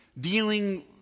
dealing